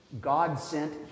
God-sent